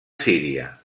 síria